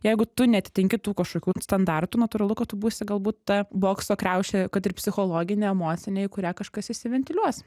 jeigu tu neatitinki tų kažkokių standartų natūralu kad tu būsi galbūt ta bokso kriauše kad ir psichologinė emocinė į kurią kažkas įsiventiliuos